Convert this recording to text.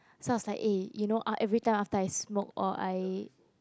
so I was like eh you know uh everytime after I smoke or I